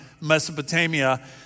Mesopotamia